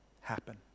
happen